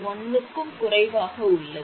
1 க்கும் குறைவாக உள்ளது